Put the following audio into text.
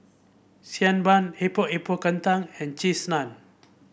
Xi Ban Epok Epok Kentang and Cheese Naan